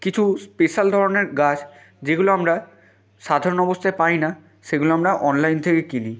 কিছু স্পেশাল ধরনের গাছ যেগুলো আমরা সাধারণ অবস্থায় পাই না সেগুলো আমরা অনলাইন থেকে কিনি